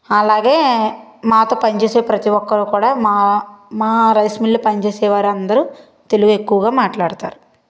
అలాగే మాతో పని చేసే ప్రతి ఒక్కరు కూడా మా మా రైస్ మిల్లు పనిచేసే వారందరు తెలుగు ఎక్కువగా మాట్లాడతారు